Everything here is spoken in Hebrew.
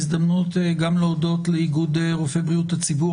הזדמנות גם להודות לאיגוד רופאי בריאות הציבור